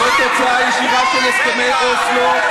זו תוצאה ישירה של הסכמי אוסלו,